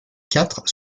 quatre